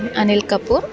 Anil Kapoor